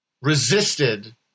resisted